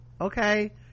okay